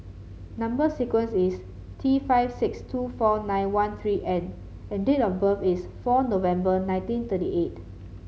number sequence is T five six two four nine one three N and and date of birth is four November nineteen thirty eight